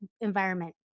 environment